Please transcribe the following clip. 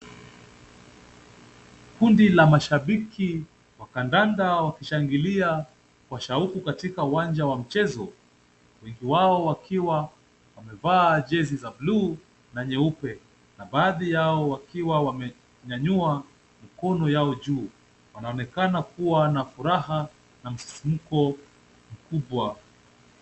Kundi la mashabiki wa kadanda wakishangilia kwa shauku katika uwanja wa michezo. Wengi wao wakiwa wamevaa jezi za buluu na nyeupe. Na baadhi wakiwa wamenyanyua mkono yao juu. Wanaonekana kuwa na furaha na msisimuko mkubwa.